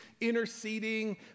interceding